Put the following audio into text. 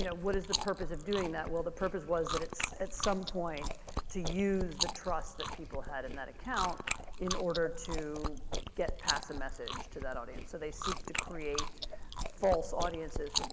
you know what is the purpose of doing that? well, the purpose was that at some point to use the trust that people had in that account in order to get past a message to that audience. so they seek to create false audiences.